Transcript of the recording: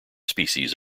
species